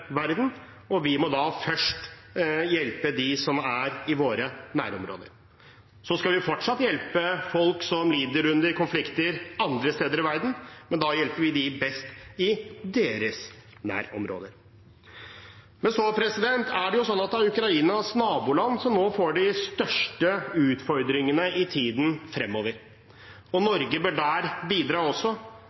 verden, og vi må da først hjelpe dem som er i våre nærområder. Så skal vi fortsatt hjelpe folk som lider under konflikter andre steder i verden, men da hjelper vi dem best i deres nærområder. Men så er det slik at det er Ukrainas naboland som nå får de største utfordringene i tiden fremover, og Norge bør bidra der også.